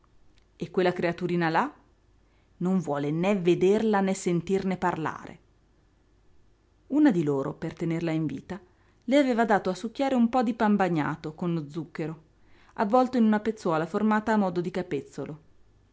e quella creaturina là non vuole né vederla né sentirne parlare una di loro per tenerla in vita le aveva dato a succhiare un po di pan bagnato con lo zucchero avvolto in una pezzuola formata a modo di capezzolo